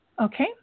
Okay